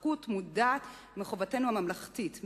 התרחקות מודעת מחובתנו הממלכתית,